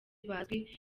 bazwi